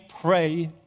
pray